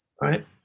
right